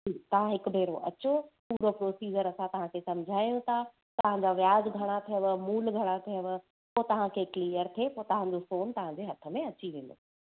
ठीकु आहे हिक भेरो अचो पुरो प्रोसिज़र असां तव्हांखे समुझायूं था तव्हांजा व्याज घणा थियव मुल घणा थियव पोइ तव्हांखे क्लीअर थिए त तव्हांजो सोन तव्हांजे हथ में अची वेंदो